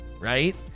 right